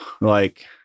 Like-